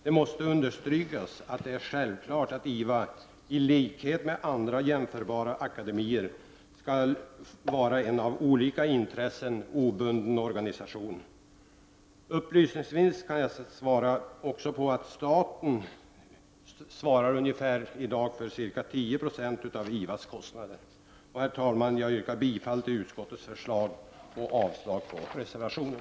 Det måste understrykas att det är självklart att IVA i likhet med andra 79 jämförbara akademier skall vara en av olika intressen obunden organisation. Upplysningsvis kan jag säga att staten svarar för ca 10 96 av IVAs kostnader. Herr talman! Jag yrkar bifall till utskottets förslag och avslag på reservationen.